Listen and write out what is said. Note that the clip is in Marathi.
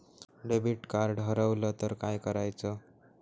डेबिट कार्ड हरवल तर काय करायच?